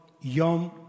Yom